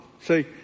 See